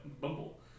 Bumble